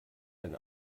ein